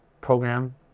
program